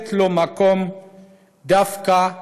לתת לו מקום דווקא כאן,